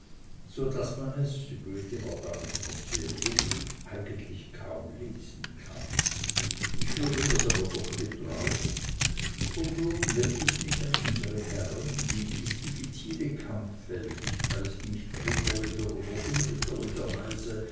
so daß man es goethe war damals noch sehr jung eigentlich kaum lesen kann ich würde mir's aber doch getrauen und nun wend ich mich an unsre herren die dies diffizile kampffeld ich weiß nicht ritterlicher oder unritterlicherweise